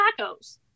tacos